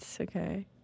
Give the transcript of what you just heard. Okay